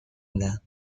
میدهد